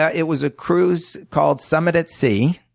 ah it was a cruise called summit at sea.